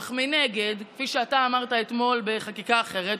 אך מנגד, כפי שאתה אמרת אתמול בחקיקה אחרת,